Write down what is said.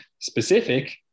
specific